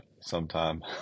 sometime